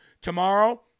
tomorrow